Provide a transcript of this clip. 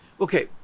okay